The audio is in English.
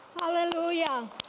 Hallelujah